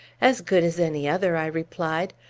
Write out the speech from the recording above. as good as any other, i replied.